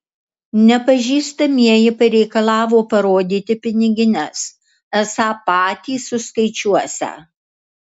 nepažįstamieji pareikalavo parodyti pinigines esą patys suskaičiuosią